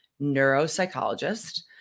neuropsychologist